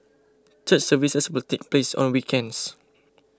church services will take place on weekends